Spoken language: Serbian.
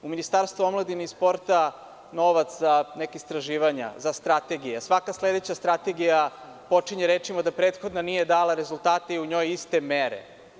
U Ministarstvu omladine i sporta novac za neka istraživanja, za strategije, svaka sledeća strategija počinje rečima – da prethodna nije dala rezultate i u njoj iste mere.